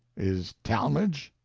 is talmage?